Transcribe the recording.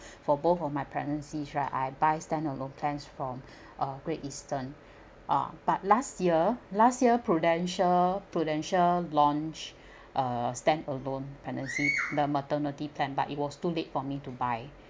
for both of my pregnancies right I buy stand alone plans from uh great eastern ah but last year last year prudential prudential launch a stand alone pregnancy the maternity plan but it was too late for me to buy